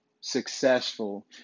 successful